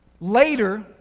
Later